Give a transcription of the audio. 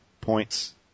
points